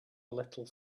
little